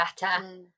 better